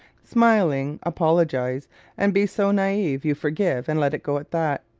smilingly apologize and be so naive you forgive and let it go at that.